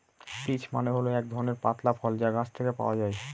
peach মানে হল এক ধরনের পাতলা ফল যা গাছ থেকে পাওয়া যায়